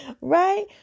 Right